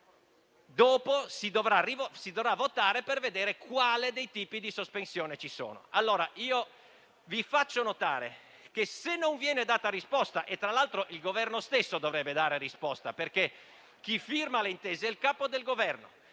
dopo si dovrà votare per vedere quale tipo di sospensione ci sarà. Faccio notare che, se non viene data risposta - tra l'altro il Governo stesso dovrebbe dare risposta, perché chi firma le intese è il capo del Governo;